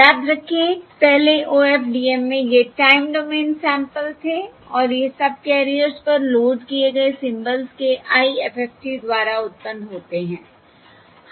याद रखें पहले OFDM में ये टाइम डोमेन सैंपल थे और ये सबकैरियर्स पर लोड किए गए सिंबल्स के IFFT द्वारा उत्पन्न होते हैं